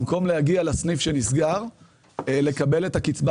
במקום להגיע לסניף שנסגר לקבל את הקצבה